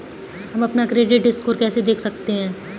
हम अपना credit score कैसे देख सकते हैं?